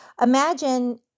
Imagine